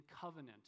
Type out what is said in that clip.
covenant